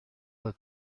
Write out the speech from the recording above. that